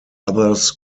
others